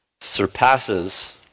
Surpasses